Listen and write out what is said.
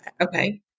Okay